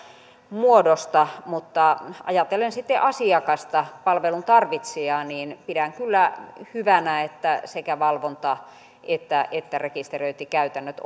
muodosta mutta ajatellen sitten asiakasta palvelun tarvitsijaa pidän kyllä hyvänä että sekä valvonta että että rekisteröintikäytännöt